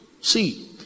See